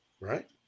Right